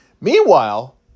Meanwhile